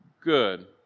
good